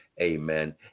Amen